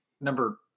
number